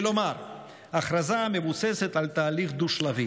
כלומר, הכרזה המבוססת על תהליך דו-שלבי.